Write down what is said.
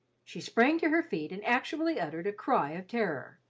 she sprang to her feet and actually uttered a cry of terror.